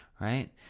right